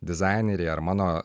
dizaineriai ar mano